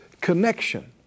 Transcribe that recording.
connection